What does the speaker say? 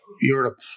Europe